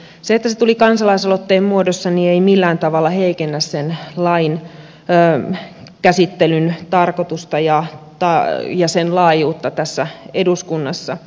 se että se tuli kansalaisaloitteen muodossa ei millään tavalla heikennä sen lain käsittelyn tarkoitusta ja sen laajuutta tässä eduskunnassa